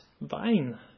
vine